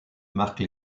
marque